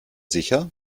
sicher